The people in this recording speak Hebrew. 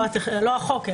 לא החוק,